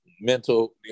mental